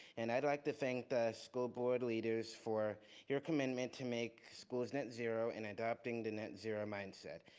and i'd like to thank the school board leaders for your commitment to make schools net zero and adopting the net zero mindset.